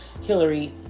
Hillary